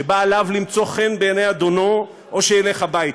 שבה עליו למצוא חן בעיני אדונו, או שילך הביתה.